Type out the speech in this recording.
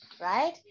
right